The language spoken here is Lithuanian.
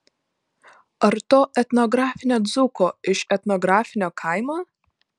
ar to etnografinio dzūko iš etnografinio kaimo